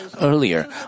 Earlier